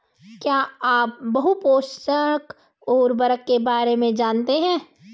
क्या आप बहुपोषक उर्वरक के बारे में जानते हैं?